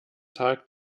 tag